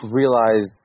realize